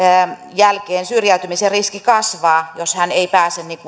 jälkeen syrjäytymisen riski kasvaa jos hän ei pääse